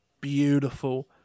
Beautiful